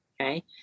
okay